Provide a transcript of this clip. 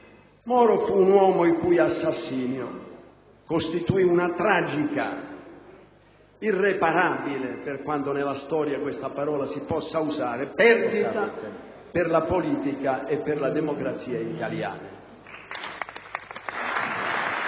Moro fu un uomo il cui assassinio costituì una tragica, irreparabile (per quanto nella storia questa parola si possa usare) perdita per la politica e per la democrazia italiana. *(Applausi